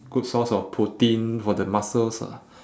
good source of protein for the muscles ah